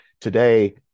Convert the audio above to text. Today